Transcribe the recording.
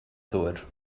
ddŵr